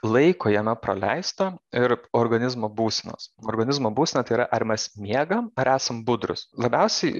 laiko jame praleista ir organizmo būsenos organizmo būsena tai yra ar mes miegam ar esame budrūs labiausiai